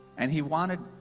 and he wanted.